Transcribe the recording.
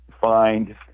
find